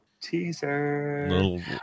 Teaser